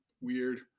Weird